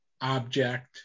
object